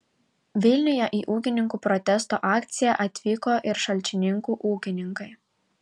vilniuje į ūkininkų protesto akciją atvyko ir šalčininkų ūkininkai